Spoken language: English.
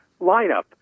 lineup